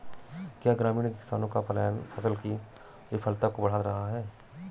क्या ग्रामीण किसानों का पलायन फसल की विफलता को बढ़ा रहा है?